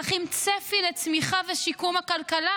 אך עם צפי לצמיחה ושיקום הכלכלה: